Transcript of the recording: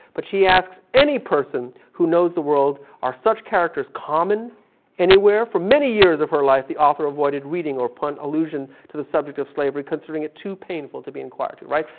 but she asks any person who knows the world are such characters common anywhere. for many years of her life, the author avoided reading or put illusion to the subject of slavery considering too painful to be inquired to. right?